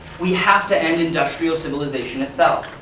we have to end industrial civilization itself.